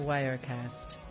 Wirecast